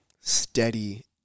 Steady